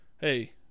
hey